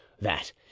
that